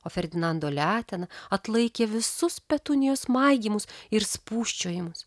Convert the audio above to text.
o ferdinando letena atlaikė visus petunijos maigymus ir spūsčiojimus